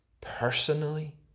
personally